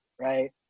Right